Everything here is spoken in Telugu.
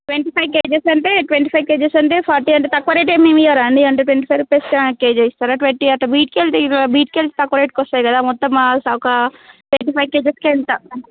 ట్వంటీ ఫై కేజస్ అంటే ట్వంటీ ఫై కేజస్ అంటే ఫార్టీ అంటే తక్కువ రేటు ఏమియ్యరా అండి అంటే ట్వంటీ ఫై రూపీస్ కేజీ ఇస్తారా ట్వంటీ అట్టా బిట్కెళ్తే ఇవ బిట్కెళ్తే తక్కువ రేటుకి వస్తాయి కదా మొత్తం చవుక ట్వంటీ ఫై కేజస్కి ఎంత